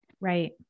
right